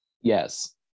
Yes